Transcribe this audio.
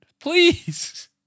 Please